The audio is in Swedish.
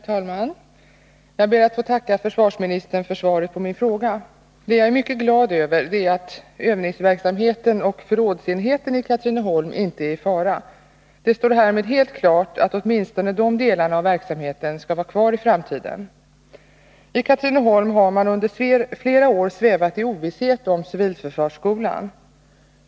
Herr talman! Jag ber att få tacka försvarsministern för svaret på min fråga. Jag är mycket glad över att övningsverksamheten och förrådsenheten i Katrineholm inte är i fara. Det står härmed helt klart att åtminstone dessa delar av verksamheten skall vara kvar i framtiden. I Katrineholm har man under flera år svävat i ovisshet om civilförsvarsskolans framtid.